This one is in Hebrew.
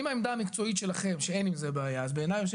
אם העמדה המקצועית שלכם היא שאין עם זה בעיה אז בעיניי,